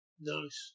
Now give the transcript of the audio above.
Nice